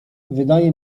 wydaje